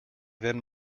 then